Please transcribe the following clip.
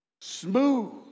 smooth